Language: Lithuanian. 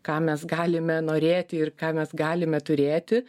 ką mes galime norėti ir ką mes galime turėti